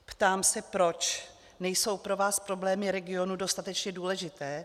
Ptám se, proč nejsou pro vás problémy regionu dostatečně důležité?